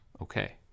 Okay